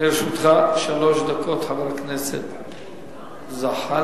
לרשותך שלוש דקות, חבר הכנסת זחאלקה.